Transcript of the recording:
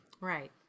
Right